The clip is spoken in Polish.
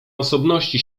osobności